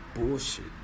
bullshit